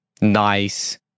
nice